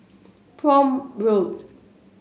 Prome Road